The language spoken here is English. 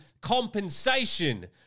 compensation